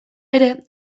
ere